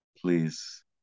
please